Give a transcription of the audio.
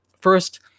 first